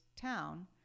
town